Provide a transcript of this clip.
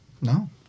No